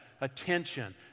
attention